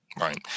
Right